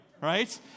right